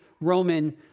Roman